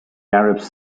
arabs